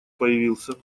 появился